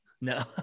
no